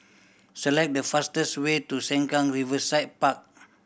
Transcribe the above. select the fastest way to Sengkang Riverside Park